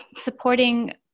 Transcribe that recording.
supporting